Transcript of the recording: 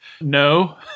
No